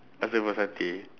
ask her for satay